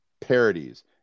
parodies